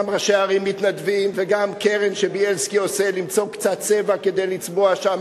גם ראשי ערים מתנדבים וגם קרן שבילסקי עושה למצוא קצת צבע כדי לצבוע שם,